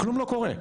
כלום לא קורה,